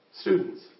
students